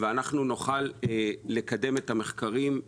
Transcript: וכדי שאנחנו נוכל לקדם את המחקרים,